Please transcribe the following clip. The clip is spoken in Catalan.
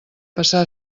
passar